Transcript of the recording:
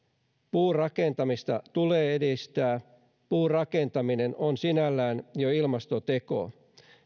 puurakentamista tulee edistää puurakentaminen on sinällään jo ilmastoteko